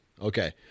okay